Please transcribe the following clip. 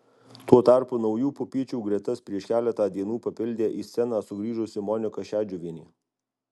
tuo tarpu naujų pupyčių gretas prieš keletą dienų papildė į sceną sugrįžusi monika šedžiuvienė